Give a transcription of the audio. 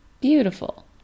Beautiful